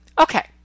okay